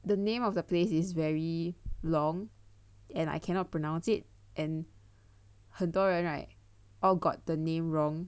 the name of the place is very long and I cannot pronounce it and 很多人 right all got the name wrong